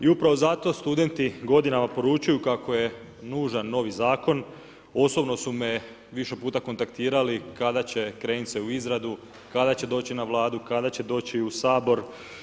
I upravo zato studenti godinama poručuju kako je nužan novi zakon, osobno su me više puta kontaktirali kada će krenit se u izradu, kada će doći na Vladu, kada će doći u Sabor.